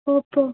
Oppo